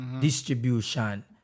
distribution